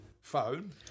phone